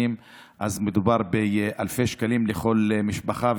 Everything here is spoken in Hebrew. אז מדובר על אלפי שקלים לכל משפחה,